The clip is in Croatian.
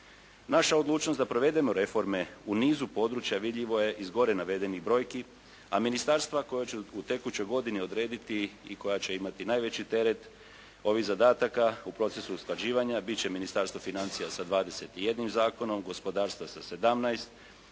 Naša odlučnost da provedemo reforme u nizu područja vidljivo je iz gore navedenih brojki a ministarstva koja će u tekućoj godini odrediti i koja će imati najveći teret ovih zadataka u procesu usklađivanja bit će Ministarstvo financija sa 21 zakonom, gospodarstva sa 17,